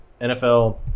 NFL